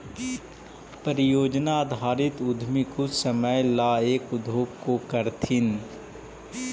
परियोजना आधारित उद्यमी कुछ समय ला एक उद्योग को करथीन